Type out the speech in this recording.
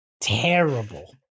terrible